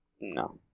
No